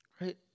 right